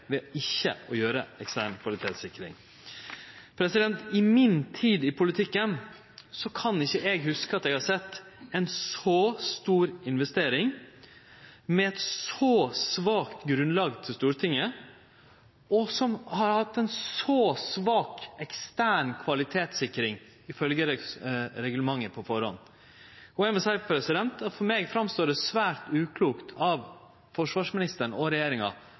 ved ikkje å gjennomføre ei ekstern kvalitetssikring. I mi tid i politikken kan ikkje eg huske å ha sett ei så stor investering med eit så svakt grunnlag for Stortinget, og som har hatt ei så svak ekstern kvalitetssikring, med tanke på reglementet som ligg til grunn. For meg ser det svært uklokt ut av forsvarsministeren og regjeringa